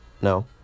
No